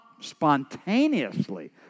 spontaneously